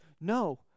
no